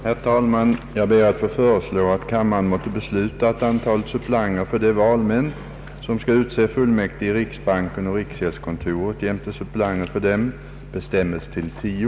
Herr talman! Jag ber att få föreslå, att kammaren måtte besluta, att antalet suppleanter för de valmän, som skall utse fullmäktige i riksbanken och riksgäldskontoret jämte suppleanter för dem, bestämmes till tio.